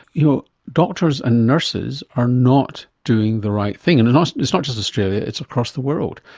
you know, doctors and nurses are not doing the right thing. and and so it's not just australia, it's across the world.